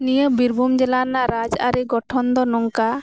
ᱱᱤᱭᱟᱹ ᱵᱤᱨᱵᱷᱩᱢ ᱡᱮᱞᱟ ᱨᱮᱱᱟᱜ ᱨᱟᱡᱽᱟᱹᱨᱤ ᱜᱚᱴᱷᱚᱱ ᱫᱚ ᱱᱚᱠᱟ